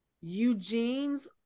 Eugene's